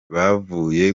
bavuye